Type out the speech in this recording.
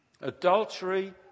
Adultery